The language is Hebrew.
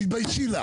תתביישי לך.